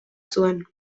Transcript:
zuen